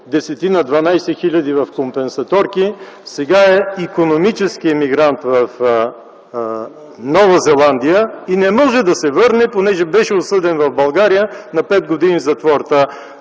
10-12 000 в компенсаторки, сега е икономически емигрант в Нова Зеландия и не може да се върне, понеже беше осъден в България на пет години затвор.